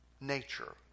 nature